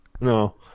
no